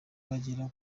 bagera